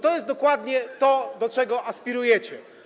To jest dokładnie to, do czego aspirujecie.